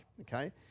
Okay